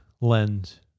lens